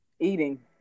Eating